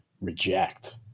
reject